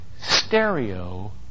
stereo